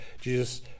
Jesus